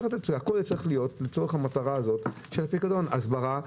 הכול צריך להיות לצורך מטרת הפיקדון: הסברה,